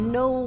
no